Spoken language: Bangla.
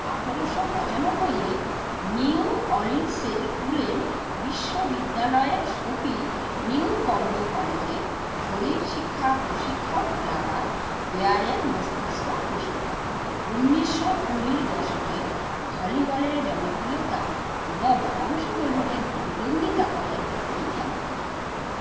আঠেরোশো পঁচানব্বইয়ে নিউ অর্লিন্সের টুলেন বিশ্ববিদ্যালয়ের সোফি নিউকোম্ব কলেজের শরীর শিক্ষা প্রশিক্ষক ক্লারা বেয়ারের মস্তিষ্ক প্রসূত উনিশশো কুড়ির দশকে ভলিবলের জনপ্রিয়তা এবং অংশগ্রহণের প্রতিদ্বন্দ্বিতা করে এই খেলাটি